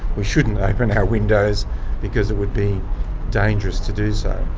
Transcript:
we shouldn't open our windows because it would be dangerous to do so.